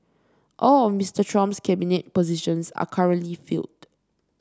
all of Mister Trump's cabinet positions are currently filled